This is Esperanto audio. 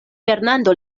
fernando